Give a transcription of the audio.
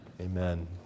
Amen